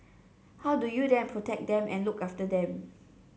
how do you then protect them and look after them